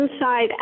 inside